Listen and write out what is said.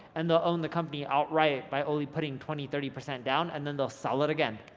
and they'll own the company outright by only putting twenty, thirty percent down, and then they'll sell it again.